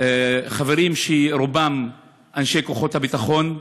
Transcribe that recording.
חברים שרובם אנשי כוחות הביטחון.